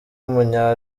w’umunya